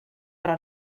però